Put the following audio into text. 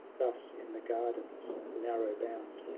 thus in the garden narrow bound.